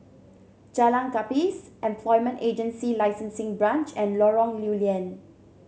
Jalan Gapis Employment Agency Licensing Branch and Lorong Lew Lian